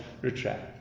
retract